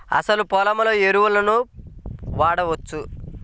అసలు పొలంలో ఎరువులను వాడవచ్చా?